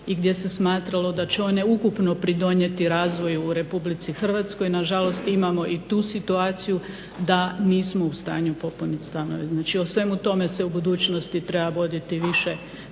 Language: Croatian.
i gdje se smatralo da će one ukupno pridonijeti razvoju u RH nažalost imamo i tu situaciju da nismo u stanju popuniti stanove. O svemu tome se u budućnosti treba voditi više